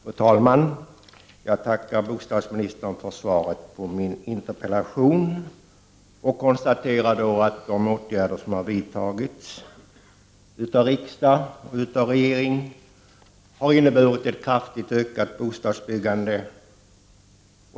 Fru talman! Jag tackar bostadsministern för svaret på min interpellation. De åtgärder som har vidtagits av riksdagen och regeringen har medfört ett kraftigt ökat bostadsbyggande.